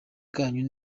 kanyu